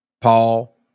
Paul